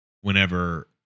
whenever